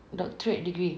doctorate degree